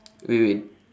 wait wait